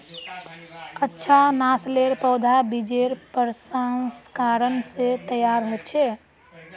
अच्छा नासलेर पौधा बिजेर प्रशंस्करण से तैयार होचे